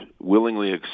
willingly